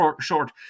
short